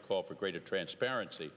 to call for greater transparency